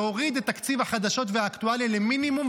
להוריד את תקציב החדשות והאקטואליה למינימום,